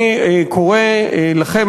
אני קורא לכם,